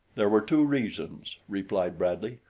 there were two reasons, replied bradley.